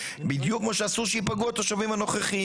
בדיוק כמו שאסור שייפגעו התושבים הנוכחיים,